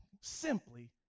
Simply